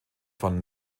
von